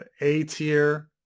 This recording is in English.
A-Tier